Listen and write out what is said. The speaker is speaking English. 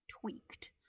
tweaked